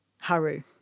Haru